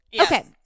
Okay